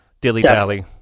dilly-dally